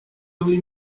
really